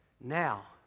now